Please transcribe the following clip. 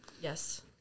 Yes